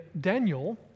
Daniel